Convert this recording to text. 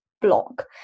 block